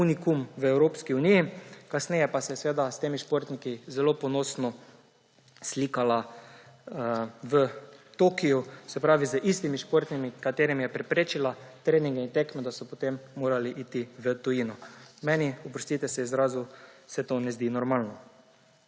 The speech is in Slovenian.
unikum v Evropski uniji, kasneje pa se je seveda s temi športniki zelo ponosno slikala v Tokiu. Se pravi z istimi športniki, ki jim je preprečila treninge in tekme, da so potem morali iti v tujino. Meni, oprostite izrazu, se to ne zdi normalno.